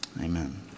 Amen